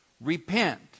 repent